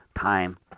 time